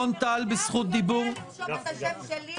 ולומר לכם: בשם כל חבריי